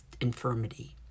infirmity